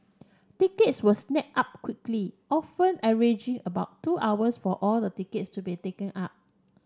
tickets were snap up quickly often averaging about two hours for all the tickets to be taken up